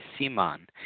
Simon